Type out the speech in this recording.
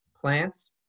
plants